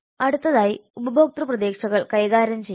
അടുത്തതായി ഉപഭോക്തൃ പ്രതീക്ഷകൾ കൈകാര്യം ചെയ്യുക